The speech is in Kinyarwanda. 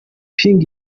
ping